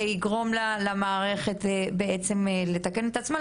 זה יגרום למערכת בעצם לתקן את עצמה.